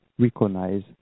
Recognize